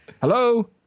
Hello